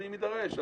ואם יידרש,